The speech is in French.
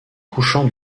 couchant